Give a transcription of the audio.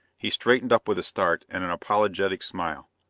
he straightened up with a start and an apologetic smile.